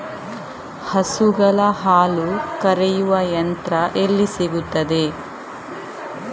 ಹಸುಗಳ ಹಾಲು ಕರೆಯುವ ಯಂತ್ರ ಎಲ್ಲಿ ಸಿಗುತ್ತದೆ?